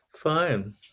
Fine